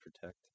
protect